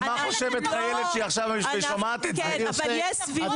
אבל מה חושבת חיילת ששומעת את זה עכשיו?